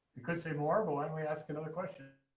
because they more but when we ask another question.